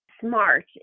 smart